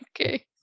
Okay